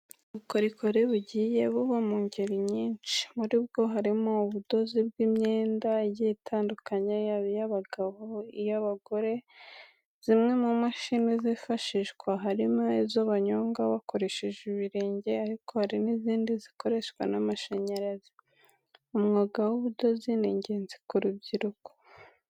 Ubukorikori bugiye buba mu ngeri nyinshyi, muri bwo harimo ubudozi bw'imyenda igiye itandukanye yaba iy'abagore cyangwa abagabo. Zimwe mu mashini zifashishwa harimo izo banyonga bakoresheje ibirenge ariko hari n'izindi zikoreshwa n'amashanyarazi. Umwuga w'ubudozi ni ingenzi ku rubyiruko.